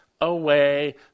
away